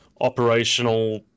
operational